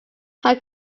how